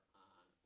on